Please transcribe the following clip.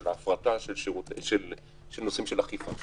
זה מההפרטה של נושאים של אכיפה.